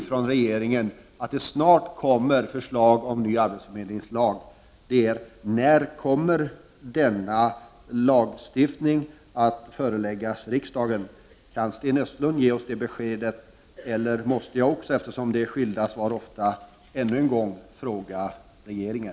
Därför skulle jag nu vilja ställa en kon kret fråga till Sten Östlund: När kommer denna lagstiftning att föreläggas riksdagen? Kan Sten Östlund ge oss det beskedet, eller måste jag — eftersom det ofta kommer skilda svar — också denna gång fråga regeringen?